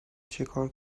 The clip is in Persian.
چیکار